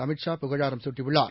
அமித் ஷா புகழாரம் சூட்டியுள்ளார்